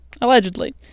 Allegedly